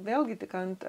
vėlgi tik ant